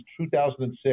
2006